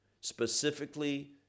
specifically